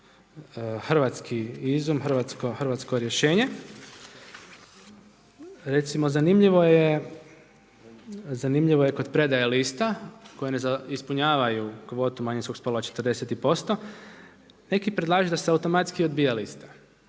hrvatski izum, hrvatsko rješenje. Recimo, zanimljivo je kod predaje liste koje ne ispunjavaju kvotu manijskog spola 40%, neki predlažu da se automatski odbija lista.